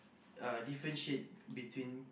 uh differentiate between